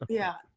yeah.